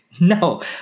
no